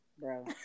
Bro